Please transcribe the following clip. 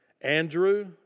Andrew